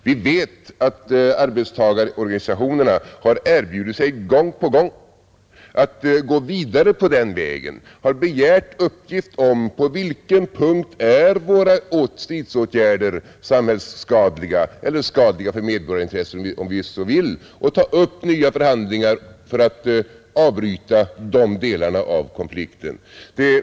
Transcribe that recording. Vi vet att arbetstagarorganisationerna har erbjudit sig gång på gång att gå vidare på den vägen — har begärt uppgift om på vilken punkt stridsåtgärderna är samhällsskadliga — eller skadliga för medborgarintresset, om vi så vill — och ta upp nya förhandlingar för att avbryta de delarna av konflikten.